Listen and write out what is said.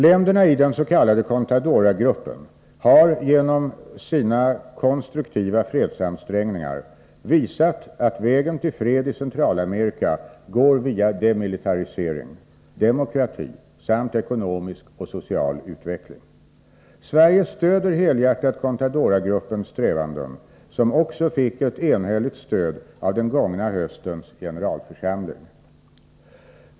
Länderna i den s.k. Contadoragruppen har genom sina konstruktiva fredsansträngningar visat att vägen till fred i Centralamerika går via demilitarisering, demokrati samt ekonomisk och social utveckling. Sverige stöder helhjärtat Contadoragruppens strävanden, som också fick ett enhälligt stöd av den gångna höstens generalförsamling.